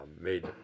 made